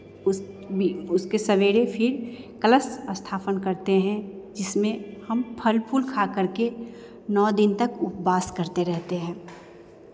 उस बी उसके सवेरे फिर कलश स्थापन करते हैं जिसमें हम फल फूल खाकर के नौ दिन तक उपवास करते रहते हैं